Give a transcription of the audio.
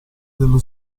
dello